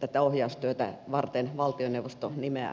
tätä ohjaustyötä varten valtioneuvosto nimeää neuvottelukunnan